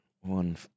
One